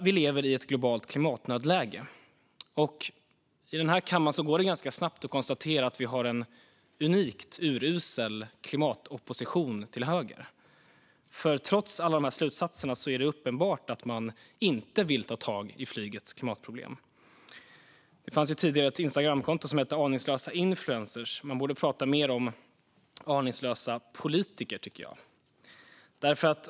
Vi lever i ett globalt klimatnödläge, och det går ganska snabbt att konstatera att vi i den här kammaren har en unikt urusel klimatopposition till höger. Trots alla dessa slutsatser är det nämligen uppenbart att man inte vill ta tag i flygets klimatproblem. Det fanns tidigare ett Instagramkonto som hette Aningslösa influencers, och jag tycker att man borde prata mer om aningslösa politiker.